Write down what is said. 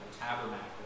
tabernacle